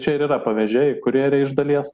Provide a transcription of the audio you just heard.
čia ir yra pavežėjai kurjeriai iš dalies